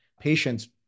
patients